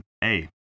hey